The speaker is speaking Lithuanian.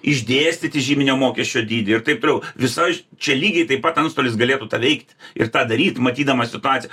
išdėstyti žyminio mokesčio dydį ir taip toliau visa čia lygiai taip pat antstolis galėtų tą veikt ir tą daryt matydamas situaciją